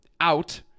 out